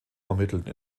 ermittelten